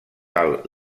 alt